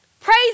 Praise